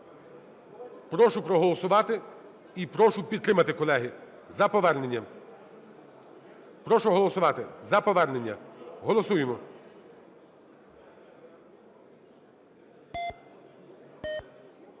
Прошу проголосувати і прошу підтримати, колеги, за повернення. Прошу голосувати за повернення. Голосуємо.